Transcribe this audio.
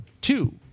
two